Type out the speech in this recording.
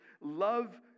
love